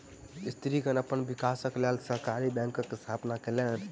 स्त्रीगण अपन विकासक लेल सहकारी बैंकक स्थापना केलैन